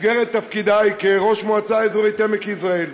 במסגרת תפקידי כראש המועצה האזורית עמק-יזרעאל,